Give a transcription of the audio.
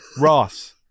ross